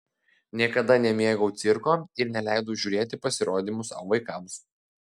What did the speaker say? niekada nemėgau cirko ir neleidau žiūrėti pasirodymų savo vaikams